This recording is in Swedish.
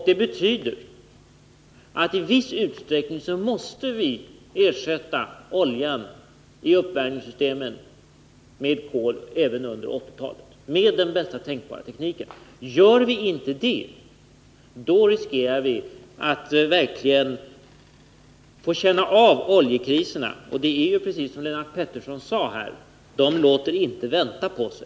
Det betyder att vi i viss utsträckning måste ersätta olja i uppvärmningssystemen med kol även under 1980-talet med den bästa tänkbara tekniken. Gör vi inte det, risker vi verkligen att få känna av oljekriserna. Det är precis som Lennart Pettersson sade: De låter inte vänta på sig.